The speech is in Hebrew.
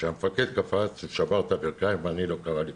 כשהמפקד קפץ הוא שבר את הברכיים ולי לא קרה כלום.